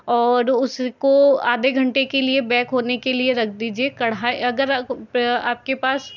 और उसको आधे घंटे के लिए बैक होने के लिए रख दीजिए कड़ाई अगर आपके पास